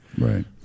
Right